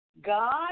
God